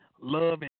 love